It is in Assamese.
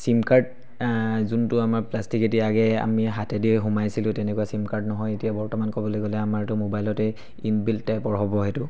চিম কাৰ্ড যোনটো আমাৰ প্লাষ্টিকেদি আগে আমি হাতেদি সুমুৱাইছিলোঁ তেনেকুৱা চিম কাৰ্ড নহয় এতিয়া বৰ্তমান ক'বলৈ গ'লে আমাৰতো মোবাইলতে ইনবিল্ট টাইপৰ হ'ব সেইটো